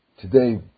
today